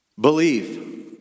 believe